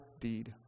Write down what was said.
deed